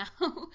now